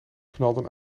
knalden